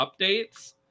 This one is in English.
updates